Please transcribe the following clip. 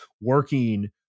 working